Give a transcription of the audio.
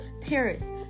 Paris